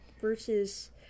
versus